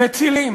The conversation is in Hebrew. מצילים,